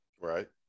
Right